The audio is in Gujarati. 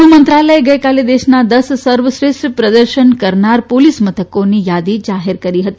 ગૃહ મંત્રાલયે ગઇકાલે દેશના દસ સર્વશ્રેષ્ઠ પ્રદર્શન કરવાવાળા પોલીસ મથકોની યાદી જાહેર કરી છે